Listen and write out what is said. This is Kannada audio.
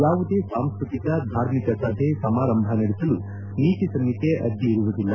ಯಾವುದೇ ಸಾಂಸ್ಟತಿಕ ಧಾರ್ಮಿಕ ಸಭೆ ಸಮಾರಂಭ ನಡೆಸಲು ನೀತಿಸಂಹಿತೆ ಅಡ್ಡಿಯಿರುವುದಿಲ್ಲ